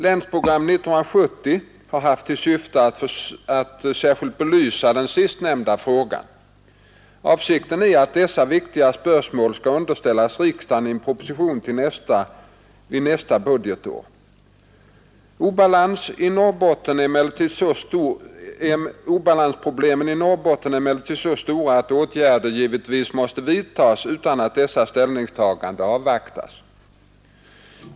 Länsprogram 1970 har haft till syfte att särskilt belysa den sistnämnda frågan. Avsikten är att dessa viktiga spörsmål skall underställas riksdagen i en proposition under nästa budgetår. Obalansproblemen i Norrbotten är emellertid så stora att åtgärder givitvis måste vidtas utan att dessa ställningstaganden avvaktas.